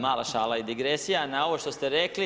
Mala šala i digresija na ovo što ste rekli.